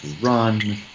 run